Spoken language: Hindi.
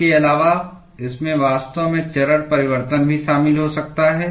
इसके अलावा इसमें वास्तव में चरण परिवर्तन भी शामिल हो सकता है